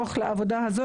יישר כוח על עבודה הזאת,